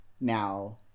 now